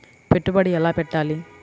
పెట్టుబడి ఎలా పెట్టాలి?